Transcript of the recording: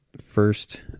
first